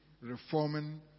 reforming